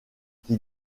qui